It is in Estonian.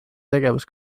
tegevus